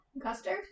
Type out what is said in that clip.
Custard